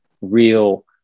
real